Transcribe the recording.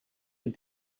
with